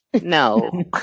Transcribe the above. no